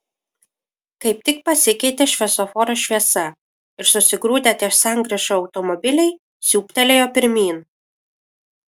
kaip tik pasikeitė šviesoforo šviesa ir susigrūdę ties sankryža automobiliai siūbtelėjo pirmyn